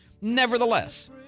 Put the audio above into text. Nevertheless